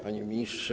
Panie Ministrze!